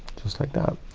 just like that.